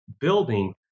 building